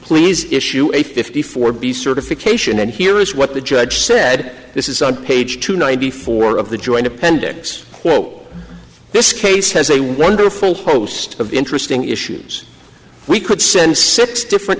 please issue a fifty four b certification and here is what the judge said this is on page two ninety four of the joint appendix quote this case has a wonderful host of interesting issues we could send six different